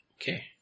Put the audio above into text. Okay